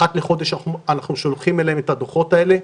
אחת לחודש אנחנו שולחים אליהם את הדו"חות האלה,